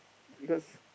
because